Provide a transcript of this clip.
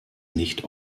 nicht